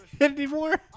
anymore